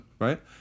right